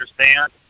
understand